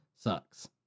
sucks